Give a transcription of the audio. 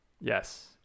Yes